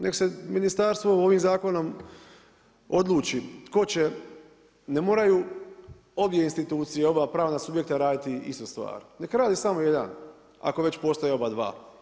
Nekada se ministarstvo ovim zakonom odluči tko će, ne moraju obje institucije i oba pravna subjekta raditi istu stvar, neka radi samo jedan ako već postoje oba dva.